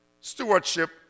stewardship